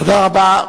תודה רבה.